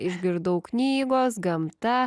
išgirdau knygos gamta